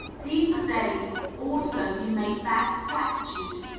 these are they also who make bad statues,